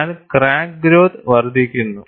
എന്നാൽ crack growth വർദ്ധിക്കുന്നു